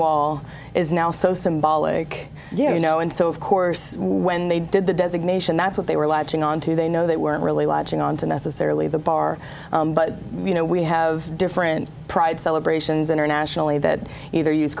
wall is now so symbolic you know and so of course when they did the designation that's what they were latching on to they know they weren't really watching on to necessarily the bar but you know we have different pride celebrations internationally that either use